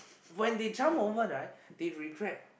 when they jump over right they regret